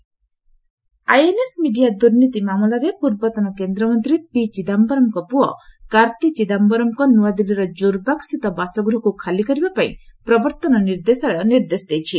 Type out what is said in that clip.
ED Chidambaram INS media ଦୁର୍ନୀତି ମାମଲାରେ ପୂର୍ବତନ କେନ୍ଦ୍ରମନ୍ତ୍ରୀ ପି ଚିଦାମ୍ଘରମ୍ଙ୍କ ପୁଆ କାର୍ତ୍ତି ଚିଦାମ୍ଘରମ୍ଙ୍କ ନୃଆଦିଲ୍ଲୀର ଜୋର୍ବାଗ୍ସ୍ଥିତ ବାସଗୃହକୁ ଖାଲି କରିବାପାଇଁ ପ୍ରବର୍ତ୍ତନ ନିର୍ଦ୍ଦେଶାଳୟ ନିର୍ଦ୍ଦେଶ ଦେଇଛି